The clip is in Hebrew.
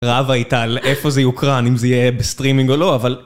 רבה איתה על איפה זה יוקרן, אם זה יהיה בסטרימינג או לא, אבל...